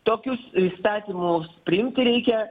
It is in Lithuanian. tokius įstatymus priimti reikia